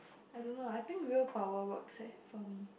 I don't know I think will power works eh for me